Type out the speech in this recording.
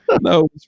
no